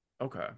okay